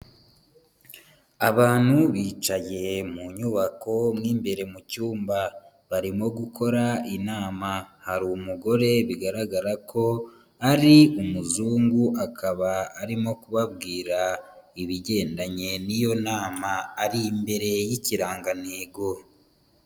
Abantu bicaye mu nyubako mo imbere mu cyumba. Barimo gukora inama. Hari umugore bigaragara ko ari umuzungu, akaba arimo kubabwira ibigendanye niyo nama ari imbere y'ikirangantego.